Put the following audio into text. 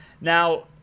Now